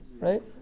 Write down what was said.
Right